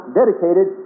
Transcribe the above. dedicated